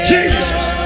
Jesus